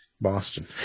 Boston